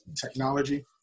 Technology